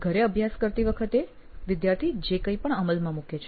ઘરે અભ્યાસ કરતી વખતે વિદ્યાર્થી જે કંઈપણ અમલમાં મુકે છે